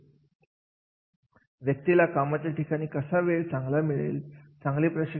कार्याचे मूल्यमापन करण्यासाठी कोणत्या पद्धती वापरल्या जातात याची आपण चर्चा करणार आहोत